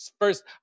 First